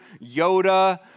Yoda